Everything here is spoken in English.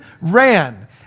ran